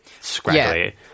scraggly